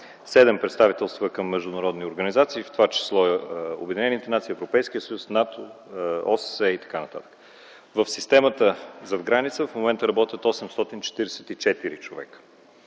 7 представителства към международни организации, в това число Организацията на обединените нации, Европейския съюз, НАТО, ОССЕ и така нататък. В системата зад граница в момента работят 844 човека.